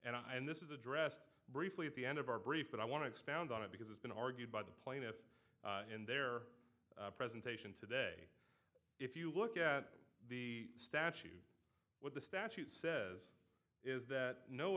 and i and this is addressed briefly at the end of our brief but i want to expound on it because it's been argued by the plaintiff in their presentation today if you look at the statute what the statute says is that no